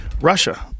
Russia